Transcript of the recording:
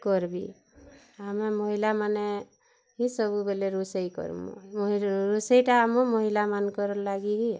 କର୍ବି ଆମେ ମହିଲାମାନେ ହିଁ ସବୁବେଲେ ରୋଷେଇ କର୍ମୁଁ ରୋଷେଇଟା ଆମ ମହିଲାମାନଙ୍କର ଲାଗି ହି ଏ